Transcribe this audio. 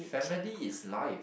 family is life